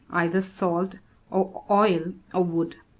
either salt, or oil, or wood.